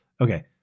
okay